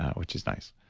which is nice.